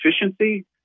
efficiency